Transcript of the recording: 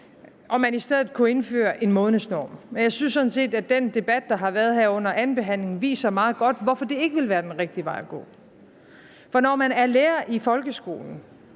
om man i stedet kunne indføre en månedsnorm, og jeg synes sådan set, at den debat, der har været her under andenbehandlingen meget godt viser, hvorfor det ikke vil være den rigtige vej at gå, for når man er lærer i folkeskolen,